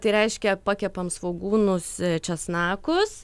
tai reiškia pakepam svogūnus česnakus